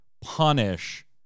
punish